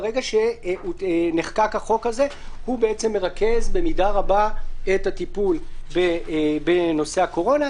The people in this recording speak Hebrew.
ברגע שנחקק החוק הזה הוא מרכז במידה רבה את הטיפול בנושא הקורונה.